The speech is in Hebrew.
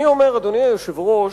אני אומר, אדוני היושב-ראש,